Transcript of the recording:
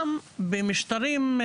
גם במשטרים,